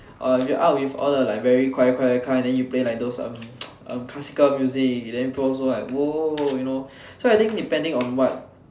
uh if you out with all the like very quiet quiet kind then you play like those um um classical music then people also like !woah! you know so I think depending on what